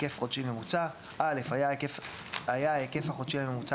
היקף חודשי ממוצע): היה ההיקף החודשי הממוצע